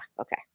okay